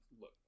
look